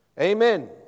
Amen